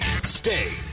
stay